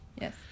Yes